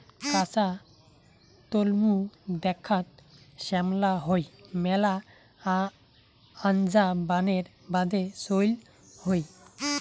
কাঁচা তলমু দ্যাখ্যাত শ্যামলা হই মেলা আনজা বানের বাদে চইল হই